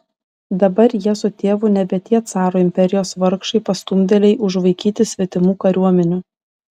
dabar jie su tėvu nebe tie caro imperijos vargšai pastumdėliai užvaikyti svetimų kariuomenių